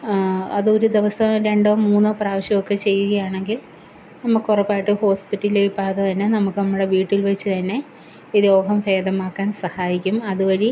അതൊരു ദിവസം രണ്ടോ മൂന്നോ പ്രാവശ്യമൊക്കെ ചെയ്യുകയാണെങ്കിൽ നമുക്ക് ഉറപ്പായിട്ടും ഹോസ്പിറ്റലിൽ പോകാതെ തന്നെ നമുക്ക് നമ്മുടെ വീട്ടിൽ വെച്ച് തന്നെ രോഗം ഭേദമാക്കാൻ സഹായിക്കും അതുവഴി